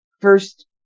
first